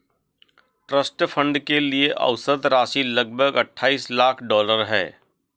trust fund के लिए औसत राशि लगभग अट्ठाईस लाख डॉलर है